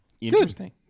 Interesting